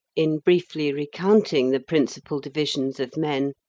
in briefly recounting the principal divisions of men,